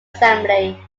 assembly